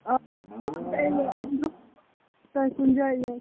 تۄہہِ کُنہ جایہِ